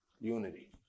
Unity